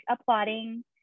applauding